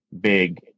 big